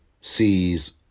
sees